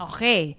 Okay